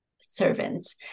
servants